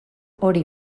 hori